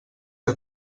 que